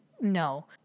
no